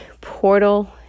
Portal